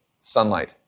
Sunlight